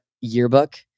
yearbook